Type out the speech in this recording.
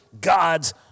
God's